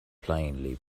plainly